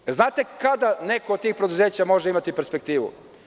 Da li znate kada neko od tih preduzeća može imati perspektivu?